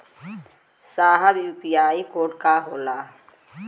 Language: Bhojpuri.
साहब इ यू.पी.आई कोड का होला?